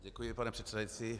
Děkuji, pane předsedající.